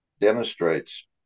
demonstrates